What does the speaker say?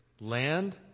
land